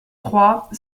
trois